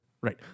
Right